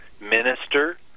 minister